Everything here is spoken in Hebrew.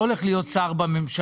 אני לא הולך להיות שר בממשלה,